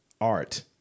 art